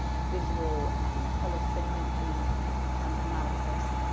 visual color saliency analysis,